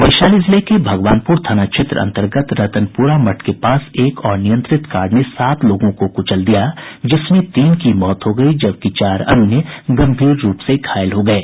वैशाली जिले के भगवानपुर थाना क्षेत्र अंतर्गत रतनपुरा मठ के पास एक अनियंत्रित कार ने सात लोगों को कुचल दिया जिसमें तीन की मौत हो गयी जबकि चार अन्य गंभीर रूप से घायल हो गये